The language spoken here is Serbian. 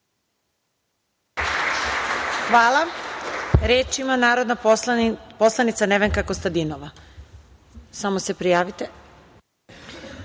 Hvala. Reč ima narodna poslanica Nevenka Kostadinova. Izvolite.